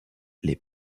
les